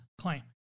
claim